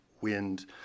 wind